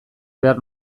behar